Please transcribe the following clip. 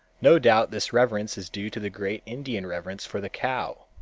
no doubt this reverence is due to the great indian reverence for the cow.